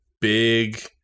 big